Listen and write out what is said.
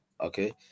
Okay